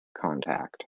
contact